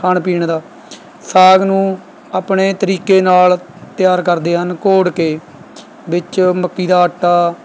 ਖਾਣ ਪੀਣ ਦਾ ਸਾਗ ਨੂੰ ਆਪਣੇ ਤਰੀਕੇ ਨਾਲ ਤਿਆਰ ਕਰਦੇ ਹਨ ਘੋਟ ਕੇ ਵਿੱਚ ਮੱਕੀ ਦਾ ਆਟਾ